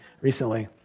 recently